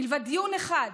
מלבד דיון אחד,